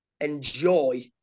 enjoy